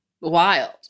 wild